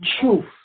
truth